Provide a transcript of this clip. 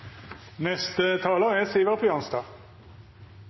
Neste taler er